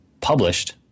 published